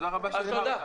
תודה רבה שהבהרת.